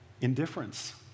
Indifference